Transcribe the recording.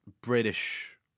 British